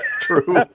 true